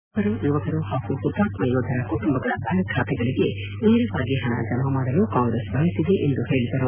ಬಡವರು ಯುವಕರು ಹಾಗೂ ಹುತಾತ್ನ ಯೋಧರ ಕುಟುಂಬಗಳ ಬ್ಯಾಂಕ್ ಖಾತೆಗಳಿಗೆ ನೇರವಾಗಿ ಹಣ ಜಮಾ ಮಾಡಲು ಕಾಂಗ್ರೆಸ್ ಬಯಸಿದೆ ಎಂದು ಹೇಳದರು